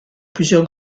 plusieurs